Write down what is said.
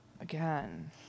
Again